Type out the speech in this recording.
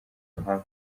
ruhame